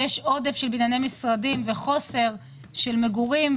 יש עודף של בנייני משרדים וחוסר של מגורים,